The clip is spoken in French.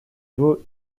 vaut